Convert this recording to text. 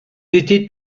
étaient